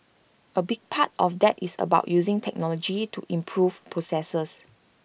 A big part of that is about using technology to improve processes